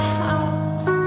house